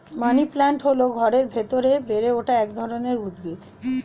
money plant হল ঘরের ভেতরে বেড়ে ওঠা এক ধরনের উদ্ভিদ